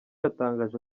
yatangaje